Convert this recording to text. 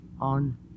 on